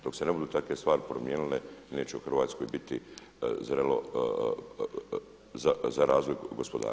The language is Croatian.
Dok se ne budu takve stvari promijenile neće u Hrvatskoj biti zrelo za razvoj gospodarstva.